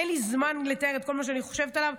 אין לי זמן לתאר את כל מה שאני חושבת עליו,